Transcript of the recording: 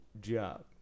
job